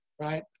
right